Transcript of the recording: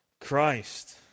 Christ